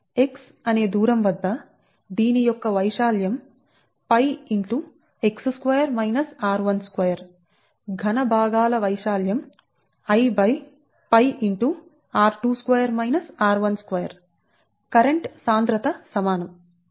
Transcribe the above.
x అనే దూరం వద్ద దీని యొక్క వైశాల్యం 𝜋 ఘన భాగాల వైశాల్యం I 𝜋 కరెంట్ సాంద్రత సమానం